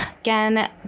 Again